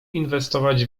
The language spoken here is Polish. inwestować